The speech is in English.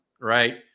right